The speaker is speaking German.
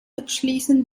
abschließend